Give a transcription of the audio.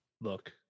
look